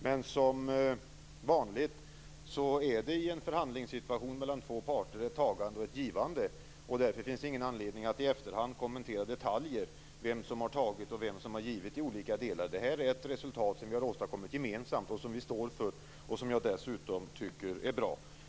Men som vanligt är det i en förhandlingssituation mellan två parter ett tagande och ett givande. Därför finns det ingen anledning att i efterhand kommentera detaljer, vem som har tagit och vem som har givit i olika delar. Det här är ett resultat som vi har åstadkommit gemensamt, som vi står för och som jag dessutom tycker är bra.